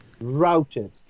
routed